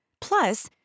Plus